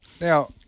Now